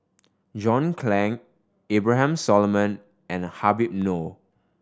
John Clang Abraham Solomon and Habib Noh